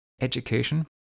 education